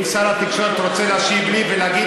אם שר התקשורת רוצה להשיב לי ולהגיד